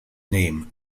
name